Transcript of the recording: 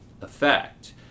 effect